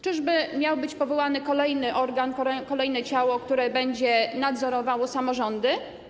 Czyżby miał być powołany kolejny organ, kolejne ciało, które będzie nadzorowało samorządy?